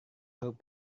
huruf